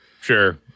Sure